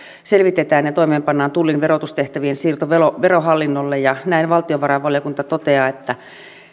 selvitetään ja toimeenpannaan tullin verotustehtävien siirto verohallinnolle ja näin valtiovarainvaliokunta toteaa että